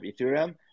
Ethereum